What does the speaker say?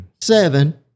seven